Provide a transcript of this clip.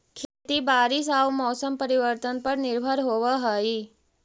खेती बारिश आऊ मौसम परिवर्तन पर निर्भर होव हई